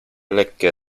lekkie